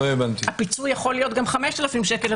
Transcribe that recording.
הפיצוי יכול להיות גם 5,000 שקל,